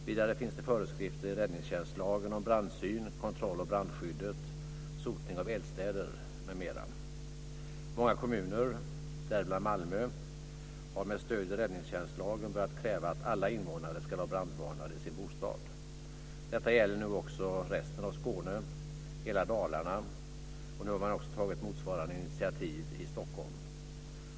Vidare finns det föreskrifter i räddningstjänstlagen om brandsyn, kontroll av brandskyddet, sotning av eldstäder m.m. Många kommuner, däribland Malmö, har med stöd i räddningstjänstlagen börjat kräva att alla invånare ska ha brandvarnare i sin bostad. Detta gäller nu också resten av Skåne, hela Dalarna, och nu har man tagit motsvarande initiativ i Stockholm.